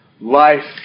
life